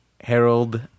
Harold